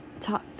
top